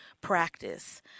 practice